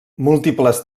múltiples